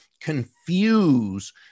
confuse